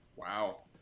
Wow